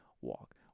walk